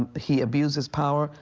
um he abused his power.